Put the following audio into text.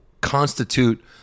constitute –